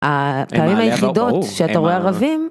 הפעמים היחידות שאתה רואה ערבים.